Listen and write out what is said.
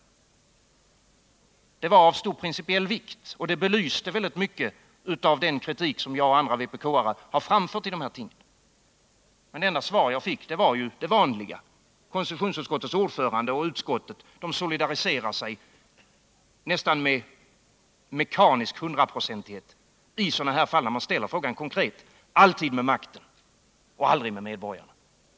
Det var av stor principiell vikt och belyste väldigt mycket av den kritik som jag och andra vpk:are framfört i dessa sammanhang. Men det enda svar jag fick var det vanliga. När man ställer en fråga konkret så solidariserar sig konstitutionsutskottet och dess ordförande med nästan mekanisk hundraprocentighet med makten — aldrig med medborgarna.